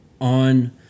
on